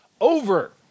over